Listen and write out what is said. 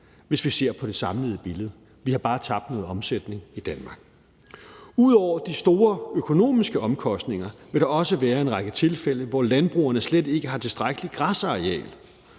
hvis vi ser på det samlede billede. Vi har bare tabt omsætning i Danmark. Ud over de store økonomiske omkostninger vil der også være en række tilfælde, hvor landbrugene slet ikke har tilstrækkeligt græsareal,